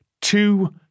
two